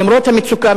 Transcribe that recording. למרות המצוקה,